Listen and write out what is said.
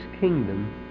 kingdom